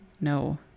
No